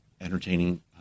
entertaining